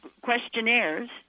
questionnaires